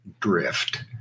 drift